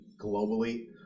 globally